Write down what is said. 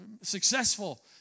successful